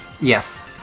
Yes